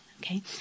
Okay